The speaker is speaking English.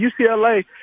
UCLA